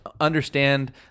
understand